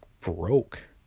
broke